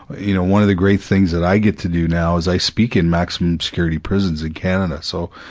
you know one of the great things that i get to do now is i speak in maximum security prisons in canada so,